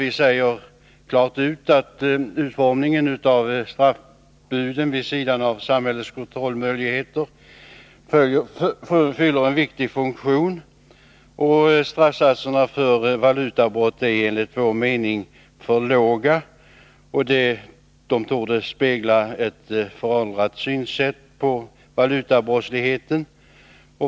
Vi säger klart ut att utformningen av straffbuden — vid sidan av samhällets kontrollmöjligheter — fyller en viktig funktion. Straffsatserna för valutabrott är enligt vår mening för låga, och de torde spegla ett föråldrat synsätt när det gäller valutabrottsligheten.